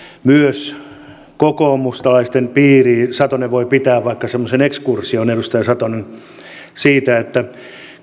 myös kokoomuslaisten piiriin edustaja satonen voi pitää vaikka semmoisen ekskursion siitä että